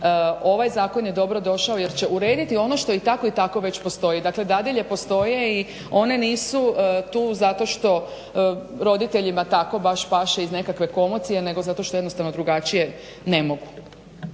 ovaj zakon je dobro došao jer će urediti onaj zakon koji već ionako postoji, dakle dadilje postoje i one nisu tu zato što roditeljima baš tako paše iz nekakve komocije nego zato što jednostavno drugačije ne mogu.